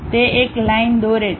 તે એક લાઈન દોરે છે